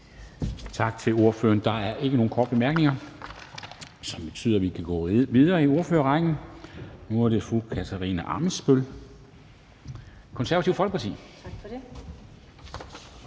Tak til ordføreren. Der er ikke nogen korte bemærkninger. Det betyder, at vi kan gå videre i ordførerrækken. Så nu er det fru Katarina Ammitzbøll, Det Konservative Folkeparti. Kl.